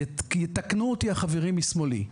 יתקנו אותי החברים משמאלי.